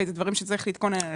אלה דברים שצריך להתכונן אליהם.